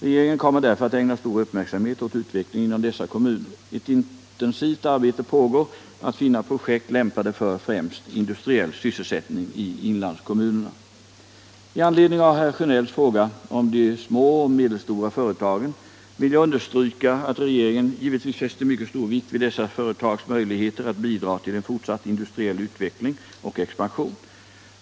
Regeringen kommer därför att ägna stor uppmärksamhet åt utvecklingen inom dessa kommuner. Ett intensivt arbete pågår att finna projekt lämpade för främst industriell sysselsättning i inlandskommunerna. I anledning av herr Sjönells fråga om de små och medelstora företagen vill jag understryka att regeringen givetvis fäster mycket stor vikt vid dessa företags möjligheter att bidra till en fortsatt industriell utveckling och expansion.